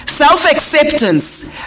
Self-acceptance